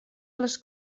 les